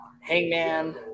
Hangman